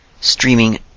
streaming